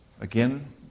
Again